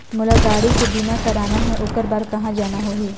मोला गाड़ी के बीमा कराना हे ओकर बार कहा जाना होही?